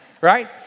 Right